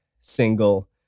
single